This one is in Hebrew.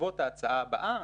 בעקבות ההצעה הבאה,